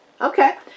Okay